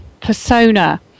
persona